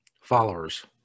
Followers